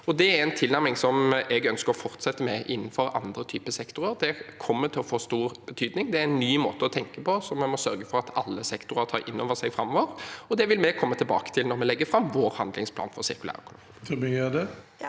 Det er en tilnærming som jeg ønsker å fortsette med innenfor andre typer sektorer. Det kommer til å få stor betydning. Det er en ny måte å tenke på som vi må sørge for at alle sektorer tar inn over seg framover, og det vil vi komme tilbake til når vi legger fram vår handlingsplan for sirkulær økonomi.